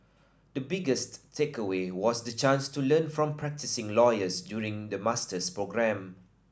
the biggest takeaway was the chance to learn from practising lawyers during the master's programme